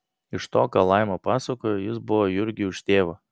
iš to ką laima pasakojo jis buvo jurgiui už tėvą